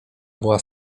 była